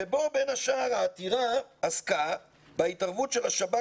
ובו בין השאר העתירה עסקה בהתערבות של השב"כ